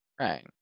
Right